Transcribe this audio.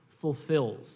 fulfills